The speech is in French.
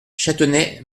châtenay